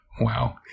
Wow